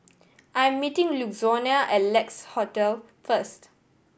I am meeting Louanna at Lex Hotel first